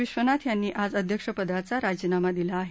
विश्वनाथ यांनी आज अध्यक्षपदाचा राजीनामा दिला आहे